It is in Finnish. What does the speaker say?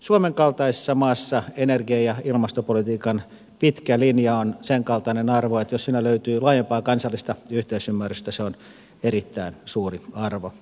suomen kaltaisessa maassa energia ja ilmastopolitiikan pitkä linja on senkaltainen arvo että jos siinä löytyy laajempaa kansallista yhteisymmärrystä se on erittäin suuri arvo